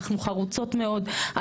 אנחנו חרוצות מאוד,